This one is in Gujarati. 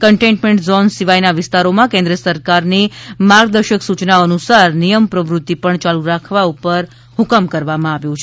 કન્ટેઇન્મેન્ટ ઝોન સિવાયના વિસ્તારોમાં કેન્દ્ર સરકારની માર્ગદર્શક સૂયનાઓ અનુસાર નિયમ પ્રવૃત્તિ પણ ચાલુ રાખવા પણ હુકમ કરવામાં આવ્યો છે